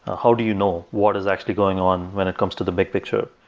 ah how do you know what is actually going on when it comes to the big picture?